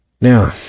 Now